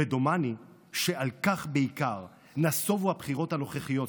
ודומני שעל כך בעיקר נסובו הבחירות הנוכחיות,